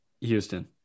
Houston